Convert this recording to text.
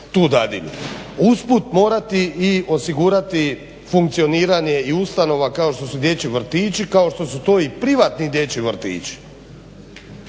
tu dadilju? Uz put morati i osigurati funkcioniranje i ustanova kao što su dječji vrtići kao što su to i privatni dječji vrtići.